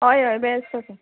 हय हय बेस्ट आसा